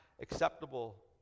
acceptable